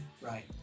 Right